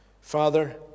Father